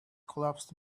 collapsed